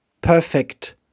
perfect